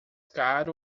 caro